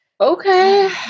Okay